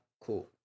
cool